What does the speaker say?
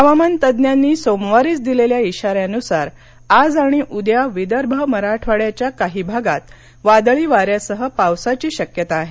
हवामान हवामान तज्ज्ञांनी सोमवारीच दिलेल्या इशान्यानुसार आज आणि उद्या विदर्भ आणि मराठवाङ्याच्या काही भागात वादळी वाऱ्यासह पावसाची शक्यता आहे